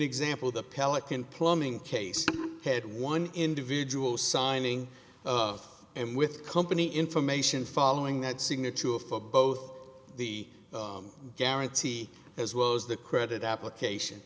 example the pelican plumbing case had one individual signing and with company information following that signature for both the guarantee as well as the credit application